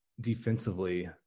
defensively